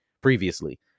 previously